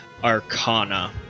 Arcana